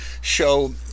show